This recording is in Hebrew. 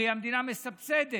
הרי המדינה מסבסדת